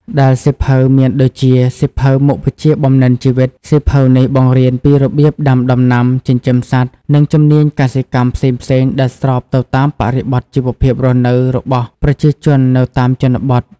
ដែលសៀវភៅមានដូចជាសៀវភៅមុខវិជ្ជាបំណិនជីវិត សៀវភៅនេះបង្រៀនពីរបៀបដាំដំណាំ ចិញ្ចឹមសត្វ និងជំនាញកសិកម្មផ្សេងៗដែលស្របទៅតាមបរិបទជីវភាពរស់នៅរបស់ប្រជាជននៅតាមជនបទ។